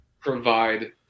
provide